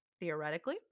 theoretically